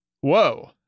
whoa